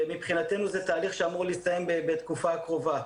מבחינתנו זה תהליך שאמור להסתיים בתקופה הקרובה.